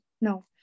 no